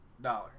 Dollar